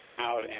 out